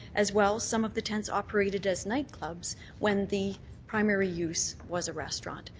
as well, some of the tents operated as night clubs when the primary use was a restaurant.